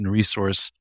resource